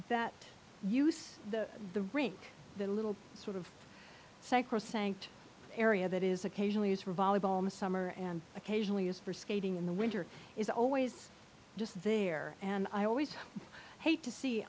that use the the rink the little sort of psychosis a area that is occasionally use for volleyball the summer and occasionally is for skating in the winter is always just there and i always hate to see